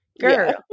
girl